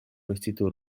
vestito